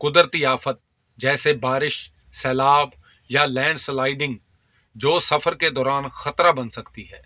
قدرتی آفت جیسے بارش سیلاب یا لینڈ سلائڈنگ جو سفر کے دوران خطرہ بن سکتی ہے